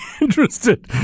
interested